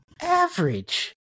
average